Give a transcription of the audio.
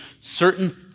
certain